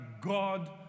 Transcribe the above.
God